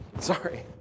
sorry